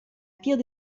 pire